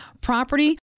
property